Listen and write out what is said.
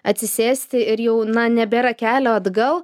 atsisėsti ir jau na nebėra kelio atgal